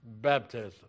baptism